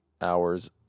hours